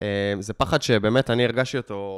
זה פחד שבאמת אני ארגשתי אותו.